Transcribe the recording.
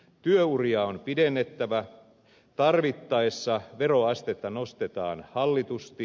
työuria on pidennettävä tarvittaessa veroastetta nostetaan hallitusti